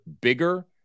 bigger